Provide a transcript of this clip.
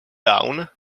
down